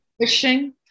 fishing